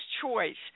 choice